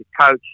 coach